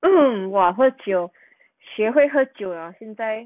oh !wah! 喝酒学会喝酒了啊现在